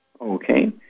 Okay